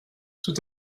tout